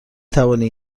توانی